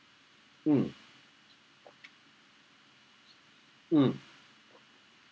mm mm